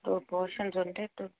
two portions ఉంటే two